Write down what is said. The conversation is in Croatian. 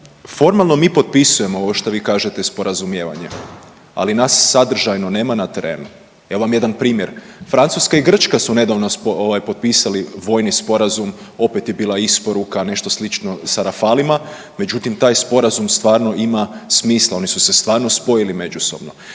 formalno mi potpisujemo ovo što vi kažete sporazumijevanje. Ali nas sadržajno nema na terenu. Evo vam jedan primjer. Francuska i Grčka su nedavno potpisali vojni sporazum. Opet je bila isporuka, nešto slično sa rafalima. Međutim, taj sporazum stvarno ima smisla. Oni su se stvarno spojili međusobno.